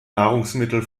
nahrungsmittel